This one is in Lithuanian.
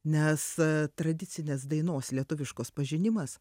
nes tradicinės dainos lietuviškos pažinimas